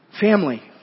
Family